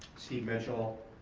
steve mitchell,